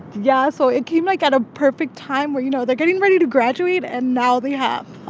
yeah, so it came, like, at a perfect time where, you know, they're getting ready to graduate, and now they have